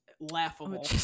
laughable